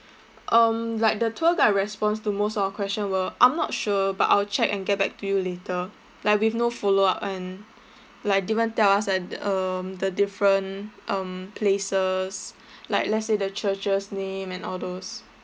um like the tour guide response to most of our question were I'm not sure but I'll check and get back to you later like with no follow up and like didn't tell us the um the different um places like let's say the church's name and all those